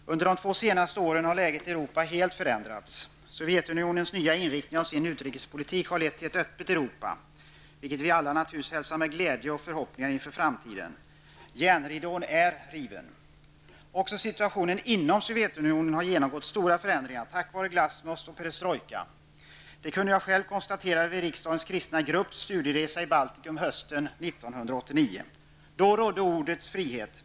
Herr talman! Under de två senaste åren har läget i Europa helt förändrats. Sovjetunionens nya utrikespolitiska inriktning har lett till ett öppet Europa, vilket vi alla naturligtvis hälsar med glädje. Det gör att vi har förhoppningar inför framtiden. Också situationen inom Sovjetunionen har genomgått stora förändringar tack vare glasnost och perestrojka. Det kunde jag själv konstatera vid den studieresa som riksdagens kristna grupp gjorde till Baltikum hösten 1989. Då rådde ordets frihet.